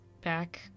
back